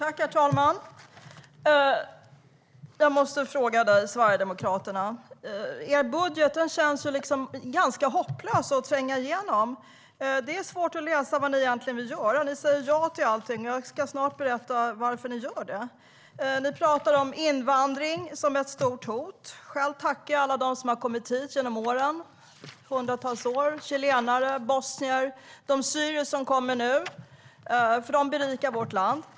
Herr talman! Jag måste ställa en fråga till Sverigedemokraterna. Er budget känns ganska hopplös att tränga igenom. Det är svårt att läsa vad ni egentligen vill göra. Ni säger ja till allting, och jag ska snart berätta varför ni gör det. Ni talar om invandring som ett stort hot. Själv tackar jag alla som har kommit hit under hundratals år. Det handlar om chilener och bosnier och de syrier som kommer nu. De berikar nämligen vårt land.